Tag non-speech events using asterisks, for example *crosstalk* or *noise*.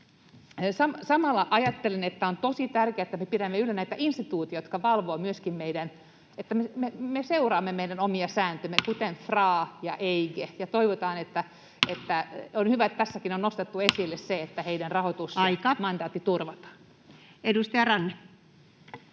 Samalla ajattelin, että on tosi tärkeätä, että me pidämme yllä näitä instituutioita, jotka valvovat myöskin sitä, että me seuraamme meidän omia sääntöjämme, kuten FRA ja EIGE. *noise* On hyvä, että tässäkin on nostettu esille se, että heidän rahoitusmandaattinsa turvataan. [Speech 109]